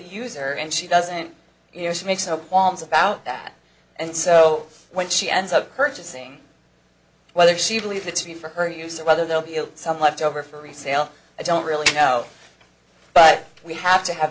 user and she doesn't you know she makes no qualms about that and so when she ends up purchasing whether she believed it to be for her use or whether they'll be some left over for resale i don't really know but we have to have